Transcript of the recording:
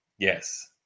Yes